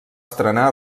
estrenar